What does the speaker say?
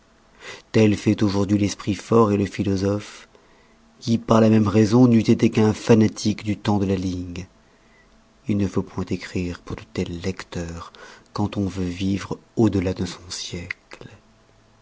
tel fait aujourd'hui l'esprit fort le philosophe qui par la même raison n'eût été qu'un fanatique du tems de la ligue il ne faut point écrire pour de tels lecteurs quand on veut vivre au-delà de son siecle